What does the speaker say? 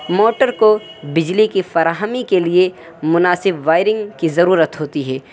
motor کو بجلی کی فراہمی کے لیے مناسب وائرنگ کی ضرورت ہوتی ہے